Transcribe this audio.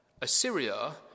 Assyria